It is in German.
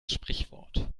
sprichwort